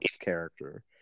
character